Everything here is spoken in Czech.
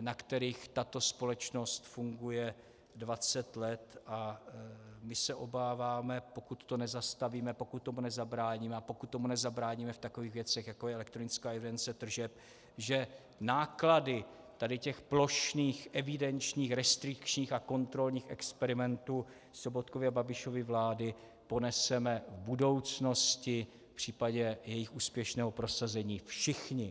na kterých tato společnost funguje 20 let, a my se obáváme, pokud to nezastavíme, pokud tomu nezabráníme a pokud tomu nezabráníme v takových věcech, jako je elektronická evidence tržeb, že náklady tady těch plošných evidenčních, restrikčních a kontrolních experimentů Sobotkovy a Babišovy vlády poneseme v budoucnosti v případě jejich úspěšného prosazení všichni.